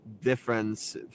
difference